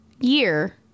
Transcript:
year